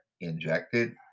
injected